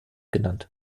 genannt